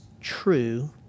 true